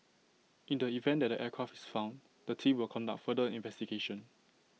in the event that the aircraft is found the team will conduct further investigation